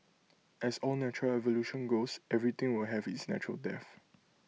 as all natural evolution goes everything will have its natural death